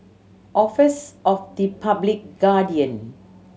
office of the Public Guardian